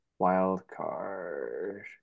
wildcard